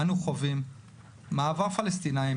אנו חווים מעבר פלסטינים,